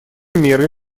меры